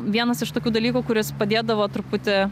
vienas iš tokių dalykų kuris padėdavo truputį